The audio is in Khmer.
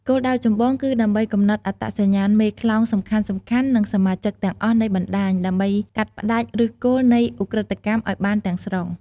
គោលដៅចម្បងគឺដើម្បីកំណត់អត្តសញ្ញាណមេខ្លោងសំខាន់ៗ និងសមាជិកទាំងអស់នៃបណ្តាញ ដើម្បីកាត់ផ្តាច់ឫសគល់នៃឧក្រិដ្ឋកម្មឲ្យបានទាំងស្រុង។